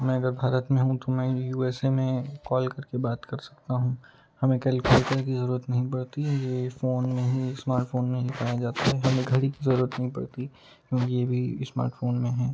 मैं अगर भारत में हूँ तो मैं यू एस ए में कॉल करके बात कर सकता हूँ हमें कैलकुलेटर की जरूरत नहीं पड़ती है यह फोन में ही स्मार्टफोन नहीं पाया जाता है हमें घड़ी की जरूरत नहीं पड़ती क्योंकि ये भी स्मार्टफोन में है